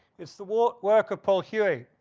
it's the work work of paul huet,